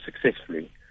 successfully